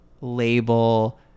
label